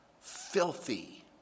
filthy